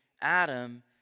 Adam